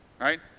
right